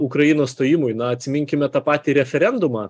ukrainos stojimui na atsiminkime tą patį referendumą